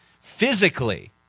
Physically